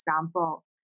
example